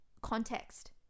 context